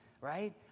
right